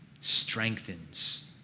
strengthens